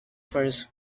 first